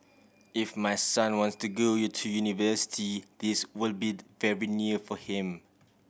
if my son wants to go you to university this will be very near for him